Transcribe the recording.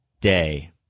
day